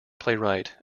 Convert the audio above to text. playwright